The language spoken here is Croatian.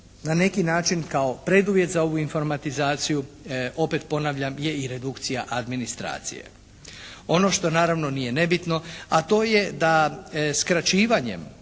na neki način kao preduvjet za ovu informatizaciju opet ponavljam je i redukcija administracije. Ono što naravno nije nebitno, a to je da skraćivanje